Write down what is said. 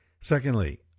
Secondly